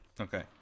Okay